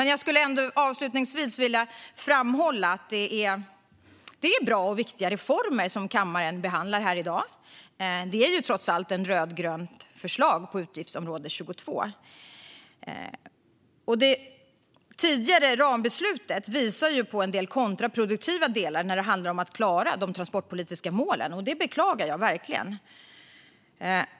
Men jag skulle avslutningsvis ändå vilja framhålla att det är bra och viktiga reformer som kammaren behandlar här i dag. Det är ju trots allt ett rödgrönt förslag på utgiftsområde 22. Det tidigare rambeslutet visar på en del kontraproduktiva delar när det handlar om att klara de transportpolitiska målen, och det beklagar jag verkligen.